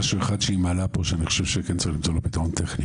משהו אחד שהיא מעלה פה שצריך למצוא לו פתרון טכני